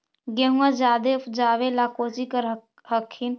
गेहुमा जायदे उपजाबे ला कौची कर हखिन?